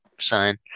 sign